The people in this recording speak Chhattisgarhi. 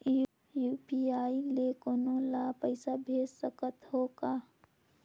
यू.पी.आई ले कोनो ला पइसा भेज सकत हों का?